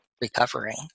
recovering